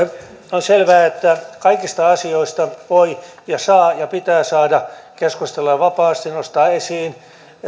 on selvää että kaikista asioista voi ja saa ja pitää saada keskustella vapaasti ja nostaa esiin